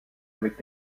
avec